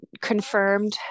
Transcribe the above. confirmed